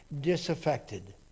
disaffected